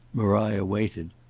maria waited.